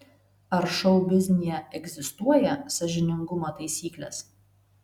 ar šou biznyje egzistuoja sąžiningumo taisyklės